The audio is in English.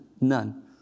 none